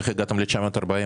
איך הגעתם ל-940?